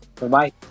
Bye-bye